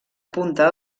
punta